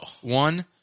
One